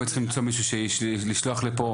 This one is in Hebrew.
הם היו צריכים למצוא מישהו לשלוח לפה,